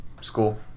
School